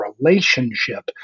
relationship